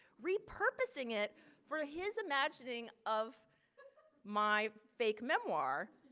repurposing it for his imagining of my fake memoir,